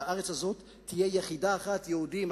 שהארץ הזאת תהיה יחידה אחת: יהודים,